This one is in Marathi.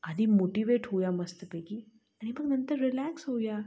आधी मोटिवेट होऊया मस्तपैकी आणि मग नंतर रिलॅक्स होऊया